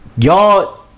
Y'all